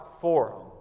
forum